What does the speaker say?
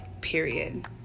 period